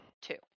two